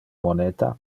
moneta